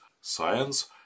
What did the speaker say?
science